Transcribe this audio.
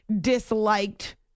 disliked